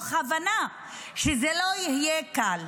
תוך הבנה שזה לא יהיה קל.